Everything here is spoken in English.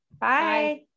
Bye